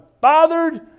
bothered